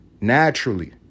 naturally